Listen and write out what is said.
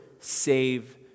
save